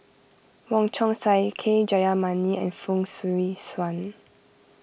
Wong Chong Sai K Jayamani and Fong Swee Suan